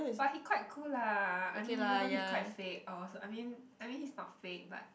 but he quite cool lah I mean even though he quite fake or I mean I mean he's not fake but